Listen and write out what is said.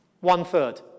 One-third